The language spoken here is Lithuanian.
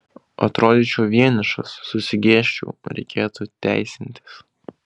atrodyčiau vienišas susigėsčiau reikėtų teisintis